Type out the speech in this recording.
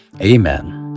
Amen